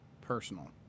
personal